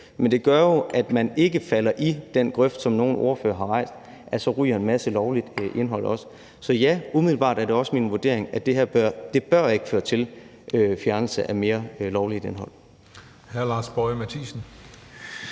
men det gør jo, at de ikke falder i den grøft, som nogle ordførere har nævnt, nemlig at så ryger en masse lovligt indhold også. Så ja, umiddelbart er det også min vurdering, at det her ikke bør føre til fjernelse af mere lovligt indhold.